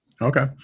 Okay